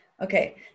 Okay